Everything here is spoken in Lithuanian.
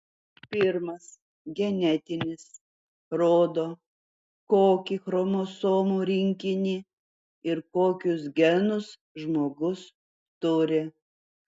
pirmas genetinis rodo kokį chromosomų rinkinį ir kokius genus žmogus turi